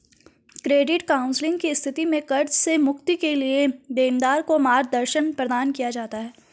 credit counselling की स्थिति में कर्ज से मुक्ति के लिए देनदार को मार्गदर्शन प्रदान किया जाता है